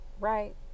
Right